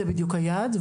זה בדיוק היעד,